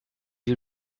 you